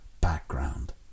background